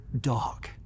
dog